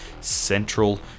Central